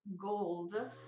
gold